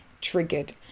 triggered